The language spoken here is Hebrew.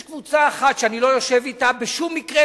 יש קבוצה אחת שאני לא יושב אתה בשום מקרה,